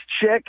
chick